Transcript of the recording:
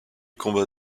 combat